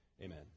amen